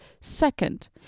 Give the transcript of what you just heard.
Second